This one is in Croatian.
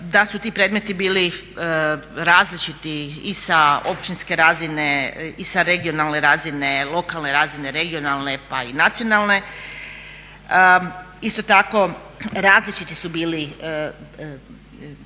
Da su ti predmeti bili različiti i sa općinske razine i sa regionalne razine, lokalne razine, regionalne pa i nacionalne, isto tako različiti su bili sami predmeti,